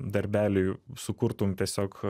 darbelį sukurtum tiesiog